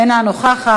אינה נוכחת.